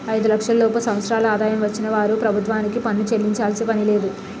ఐదు లక్షల లోపు సంవత్సరాల ఆదాయం వచ్చిన వారు ప్రభుత్వానికి పన్ను చెల్లించాల్సిన పనిలేదు